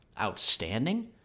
outstanding